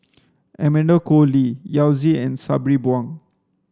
Amanda Koe Lee Yao Zi and Sabri Buang